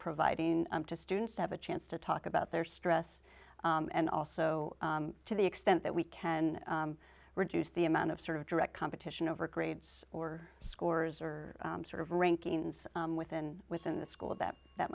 providing to students to have a chance to talk about their stress and also to the extent that we can reduce the amount of sort of direct competition over grades or scores or sort of rankings within within the school that that